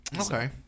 Okay